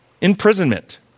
imprisonment